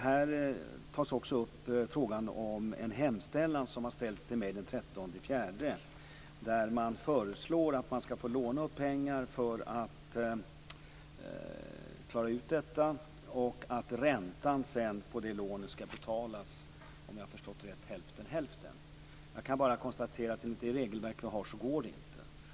Här frågas också om en hemställan som har ställts till mig den 13 april, där det föreslås att man skall få låna upp pengar för att klara ut detta och att räntan på det lånet skall betalas, om jag har förstått det rätt, hälften-hälften. Jag kan bara konstatera att enligt det regelverk vi har går detta inte.